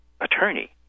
attorney